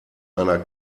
einer